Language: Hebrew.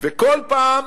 וכל פעם,